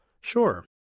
Sure